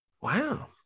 Wow